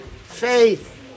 faith